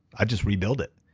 i'd just rebuild it.